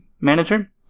manager